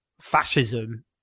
fascism